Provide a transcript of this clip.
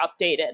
updated